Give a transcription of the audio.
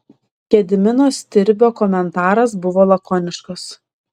gedimino stirbio komentaras buvo lakoniškas